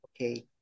Okay